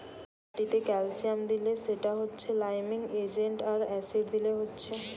মাটিতে ক্যালসিয়াম দিলে সেটা হচ্ছে লাইমিং এজেন্ট আর অ্যাসিড দিলে হচ্ছে